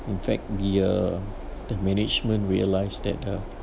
in fact the uh the management realized that uh